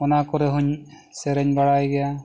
ᱚᱱᱟ ᱠᱚᱨᱮ ᱦᱚᱧ ᱥᱮᱨᱮᱧ ᱵᱟᱲᱟᱭ ᱜᱮᱭᱟ